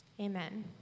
Amen